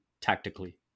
tactically